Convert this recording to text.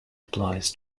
applies